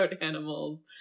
animals